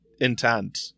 intent